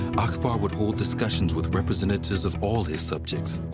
akbar would hold discussions with representatives of all his subjects.